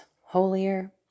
holier